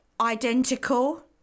identical